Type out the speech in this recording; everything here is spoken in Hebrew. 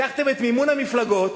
לקחתם את מימון המפלגות